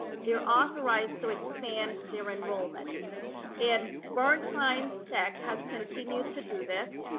they're authorized to expand their enrollment and burns science tech has continued to do this.